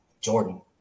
Jordan